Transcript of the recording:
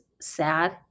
sad